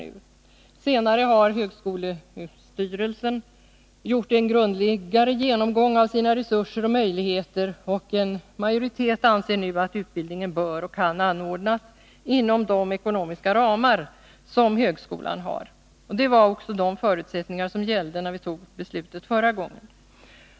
Därefter har högskolestyrelsen gjort en grundligare genomgång av sina resurser och möjligheter. En majoritet anser nu att utbildningen bör och kan anordnas inom de ekonomiska ramar som fastställts för högskolan. Det var också de förutsättningar som gällde när vi tog beslutet förra gången.